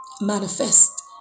manifest